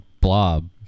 blob